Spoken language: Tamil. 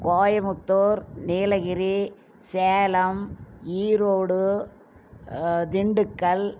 கோயமுத்தூர் நீலகிரி சேலம் ஈரோடு திண்டுக்கல்